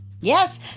Yes